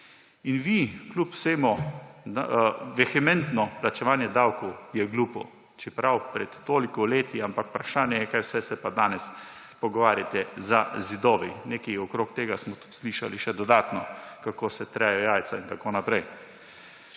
In vi kljub vsemu vehementno: »Plačevanje davkov je glupo.« Čeprav pred toliko leti, vprašanje je, kaj vse se pa danes pogovarjate za zidovi. Nekaj okrog tega smo tudi slišali še dodatno, kako se trejo jajca in tako naprej.